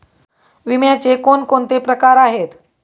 विम्याचे कोणकोणते प्रकार आहेत?